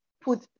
put